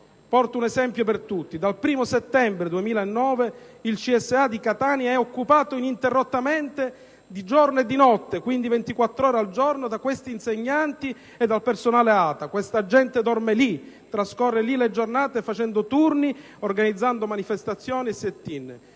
Porto un esempio per tutti: dal 1° settembre 2009 il centro servizi amministrativi (CSA) di Catania è occupato ininterrottamente, di giorno e di notte, quindi ventiquattr'ore al giorno, da questi insegnanti e dal personale ATA; questa gente dorme lì, trascorre lì le giornate, facendo turni, organizzando manifestazioni e *sit-in*.